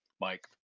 Mike